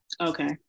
Okay